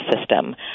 system